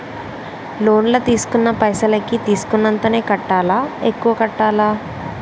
Loan లా తీస్కున్న పైసల్ కి తీస్కున్నంతనే కట్టాలా? ఎక్కువ కట్టాలా?